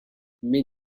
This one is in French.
mais